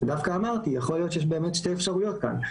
ודווקא אמרתי: יכול להיות שיש באמת שתי אפשרויות כאן,